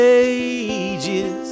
ages